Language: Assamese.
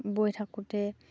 বৈ থাকোঁতে